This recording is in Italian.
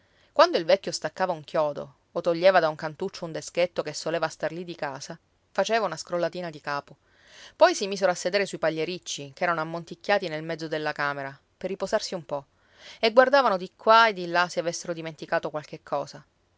quando il vecchio staccava un chiodo o toglieva da un cantuccio un deschetto che soleva star lì di casa faceva una scrollatina di capo poi si misero a sedere sui pagliericci ch'erano ammonticchiati nel mezzo della camera per riposarsi un po e guardavano di qua e di là se avessero dimenticato qualche cosa